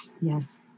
yes